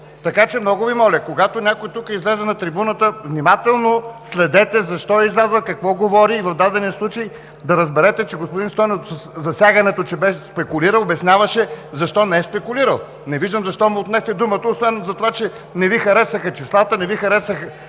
Така че, много Ви моля, когато някой оттук излезе на трибуната, внимателно следете защо е излязъл, какво говори и в дадения случай да разберете, че господин Стойнев със засягането, че беше спекулирал, обясняваше защо не е спекулирал. Не виждам защо му отнехте думата, освен за това, че не Ви харесаха числата, не Ви хареса